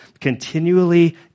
continually